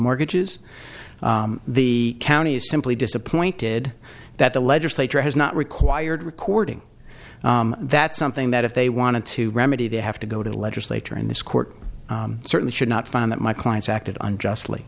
mortgages the county is simply disappointed that the legislature has not required recording that's something that if they wanted to remedy they have to go to the legislature and this court certainly should not find that my clients acted on justly